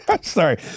Sorry